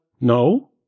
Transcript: no